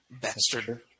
Bastard